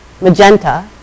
magenta